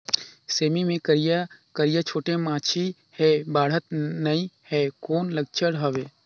सेमी मे करिया करिया छोटे माछी हे बाढ़त नहीं हे कौन लक्षण हवय?